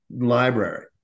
library